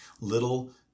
little